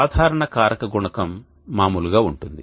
సాధారణ కారక గుణకం మాములుగా ఉంటుంది